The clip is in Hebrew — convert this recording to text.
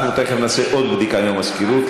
אנחנו תכף נעשה עוד בדיקה עם המזכירות,